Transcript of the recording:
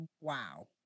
Wow